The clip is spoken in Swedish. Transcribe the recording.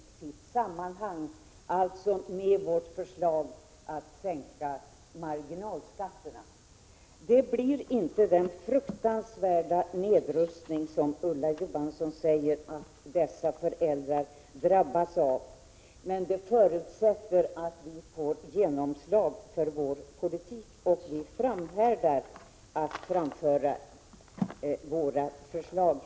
Till våra samlade förslag hör också förslaget om en sänkning av marginalskatterna. Vårt förslag medför inte den fruktansvärda nedrustning som Ulla Johansson påstår att föräldrarna skulle drabbas av. Men detta förutsätter att vi får genomslag för hela vår politik. Vi framhärdar när det gäller att framföra våra förslag.